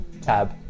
tab